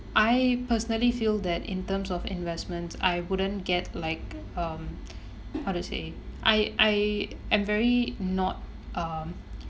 I personally feel that in terms of investments I wouldn't get like um how to say I I am very not um